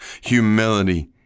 humility